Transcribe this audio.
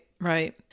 right